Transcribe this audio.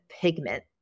pigment